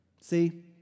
See